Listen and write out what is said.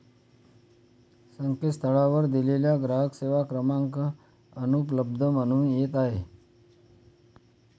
संकेतस्थळावर दिलेला ग्राहक सेवा क्रमांक अनुपलब्ध म्हणून येत आहे